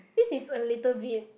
this is a little bit